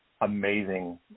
amazing